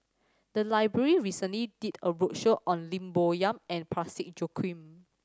the library recently did a roadshow on Lim Bo Yam and Parsick Joaquim